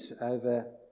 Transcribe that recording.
over